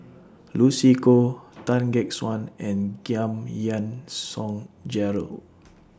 Lucy Koh Tan Gek Suan and Giam Yean Song Gerald